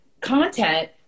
content